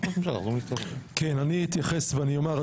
אני אתייחס ואני אומר,